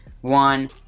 one